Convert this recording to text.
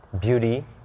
beauty